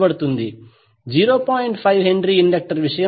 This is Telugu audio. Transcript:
5 హెన్రీ ఇండక్టర్ విషయంలో మీరు 0